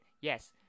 yes